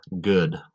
good